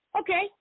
Okay